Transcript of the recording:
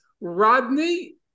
Rodney